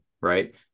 right